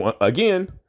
again